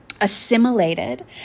assimilated